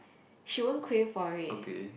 she won't crave for it